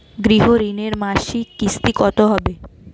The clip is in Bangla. গৃহ ঋণের মাসিক কিস্তি কত হবে?